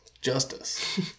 justice